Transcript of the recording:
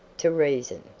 to reason.